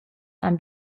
han